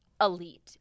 elite